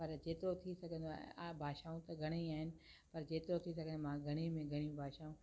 पर जेतिरो थी सघंदो आहे ऐं भाषाऊं त घणे ई आहिनि पर जेतिरो थी सघे मां घणी में घणी भाषाऊं